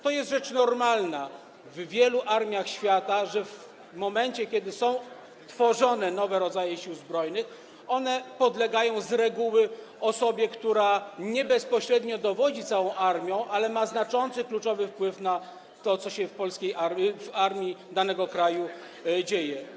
To jest rzecz normalna w wielu armiach świata, że w momencie, kiedy są tworzone nowe rodzaje sił zbrojnych, podlegają one z reguły osobie, która nie bezpośrednio dowodzi całą armią, ale ma znaczący, kluczowy wpływ na to, co się w armii danego kraju dzieje.